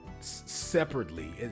separately